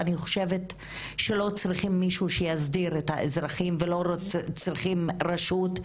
אני חושבת שלא צריכים מישהו שיסדיר את האזרחים ולא צריכים רשות,